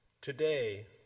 Today